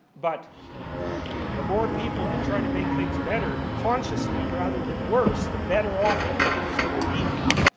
but the more people that try to make things better, consciously, rather than worse, the better off everything is going to be. and